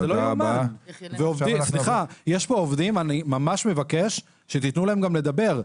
יש פה עובדים, אני ממש מבקש שתיתנו להם גם לדבר.